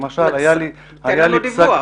למשל, היה לי --- תן לנו דיווח.